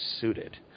suited